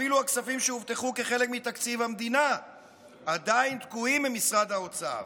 אפילו הכספים שהובטחו כחלק מתקציב המדינה עדיין תקועים במשרד האוצר.